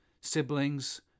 siblings